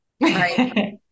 Right